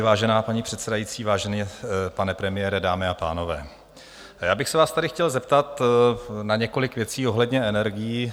Vážená paní předsedající, vážený pane premiére, dámy a pánové, já bych se vás tady chtěl zeptat na několik věcí ohledně energií.